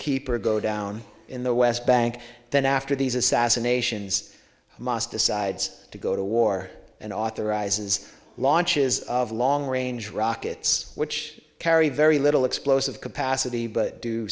keeper go down in the west bank then after these assassinations mosse decides to go to war and authorizes launches of long range rockets which carry very little explosive capacity but do